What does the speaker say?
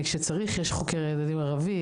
כשצריך יש חוקר ילדים ערבי.